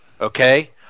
okay